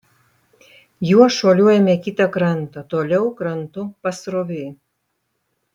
juo šuoliuojame į kitą krantą toliau krantu pasroviui